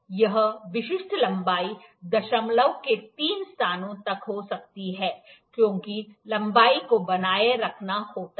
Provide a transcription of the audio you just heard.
यह विशिष्ट लंबाई दशमलव के तीन स्थानों तक हो सकती है क्योंकि लंबाई को बनाए रखना होता है